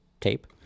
tape